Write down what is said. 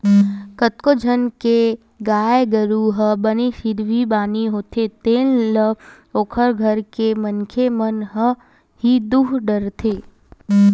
कतको झन के गाय गरु ह बने सिधवी बानी होथे तेन ल ओखर घर के मनखे मन ह ही दूह डरथे